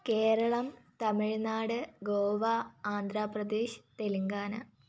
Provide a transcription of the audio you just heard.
Keralam Tamil Nadu Goa Andhra Pradesh Telangana